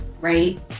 Right